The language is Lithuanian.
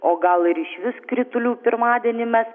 o gal ir išvis kritulių pirmadienį mes